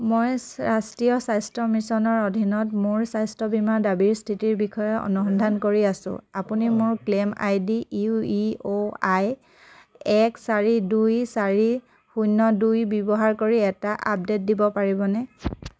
মই ৰাষ্ট্ৰীয় স্বাস্থ্য মিছনৰ অধীনত মোৰ স্বাস্থ্য বীমা দাবীৰ স্থিতিৰ বিষয়ে অনুসন্ধান কৰি আছোঁ আপুনি মোৰ claim ID U E O I এক চাৰি দুই চাৰি শূন্য দুই ব্যৱহাৰ কৰি এটা আপডে'ট দিব পাৰিবনে